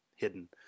hidden